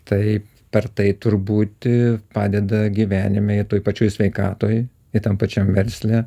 tai per tai tur būti padeda gyvenime toj pačioj sveikatoj i tam pačiam versle